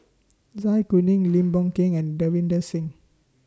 Zai Kuning Lim Boon Keng and Davinder Singh